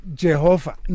jehovah